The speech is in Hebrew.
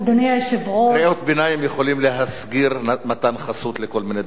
קריאות ביניים יכולות להסגיר מתן חסות לכל מיני דברים פסולים.